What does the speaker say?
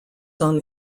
son